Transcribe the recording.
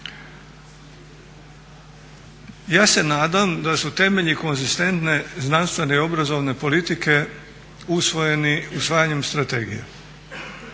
Ja se nadam da su temelji konzistentne znanstvene i obrazovne politike usvojeni usvajanjem strategije.